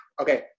Okay